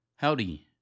Howdy